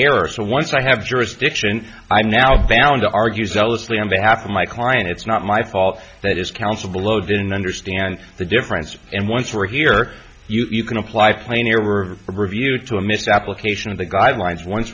error so once i have jurisdiction i'm now found to argue zealously on behalf of my client it's not my fault that his counsel below didn't understand the difference and once we're here you can apply plainer were reviewed to a missed application of the guidelines once